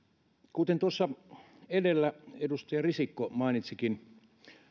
kuten tuossa edellä edustaja risikko mainitsikin